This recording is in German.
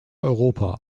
europa